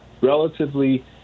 relatively